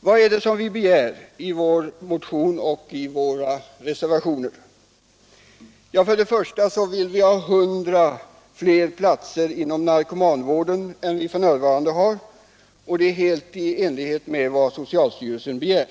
Vad är det vi begär i vår motion och i våra reservationer? För det första vill vi ha 100 flera platser inom narkomanvården än f. n. Det är helt i enlighet med vad socialstyrelsen begär.